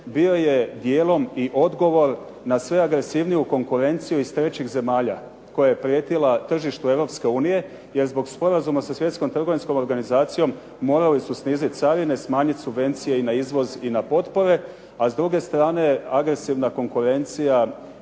bio je dijelom i odgovor na sve agresivniju konkurenciju iz trećih zemalja koja je prijetila tržištu Europske unije, jer zbog sa Sporazumom sa Svjetskom trgovinskom organizacijom morali su sniziti carine, smanjiti subvencije i na izvoz i na potpore. A s druge strane agresivna konkurencija